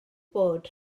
bod